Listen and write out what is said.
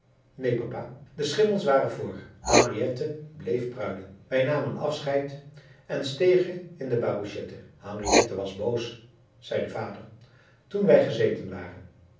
papa de schimmels waren vr henriette bleef pruilen wij namen afscheid en stegen in de barouchette henriette was boos zei de vader toen wij gezeten waren